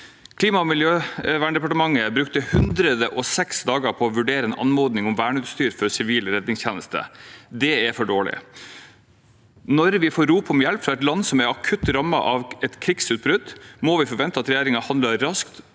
Klima- og miljødepartementet brukte 106 dager på å vurdere en anmodning om verneutstyr for sivil redningstjeneste. Det er for dårlig. Når vi får rop om hjelp fra et land som er akutt rammet av et krigsutbrudd, må vi forvente at regjeringen handler raskt